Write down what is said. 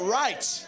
right